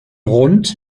rund